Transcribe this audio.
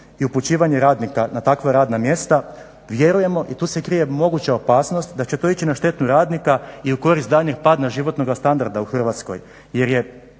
i upućivanje radnika na takva radna mjesta vjerujemo i tu se krije moguća opasnost da će to ići na štetu radnika i u korist daljnjeg pada na životnog standardnoga u Hrvatskoj jer je